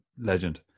legend